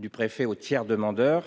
le préfet au tiers demandeur